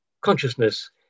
consciousness